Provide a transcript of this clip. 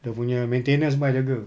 dia punya maintenance semua I jaga